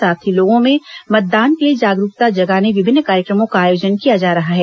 साथ ही लोगों में मतदान के लिए जागरूकता जगाने विभिन्न कार्यक्रमों का आयोजन किया जा रहा है